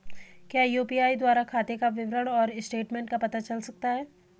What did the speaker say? क्या यु.पी.आई द्वारा खाते का विवरण और स्टेटमेंट का पता किया जा सकता है?